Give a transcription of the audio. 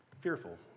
fearful